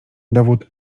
dowód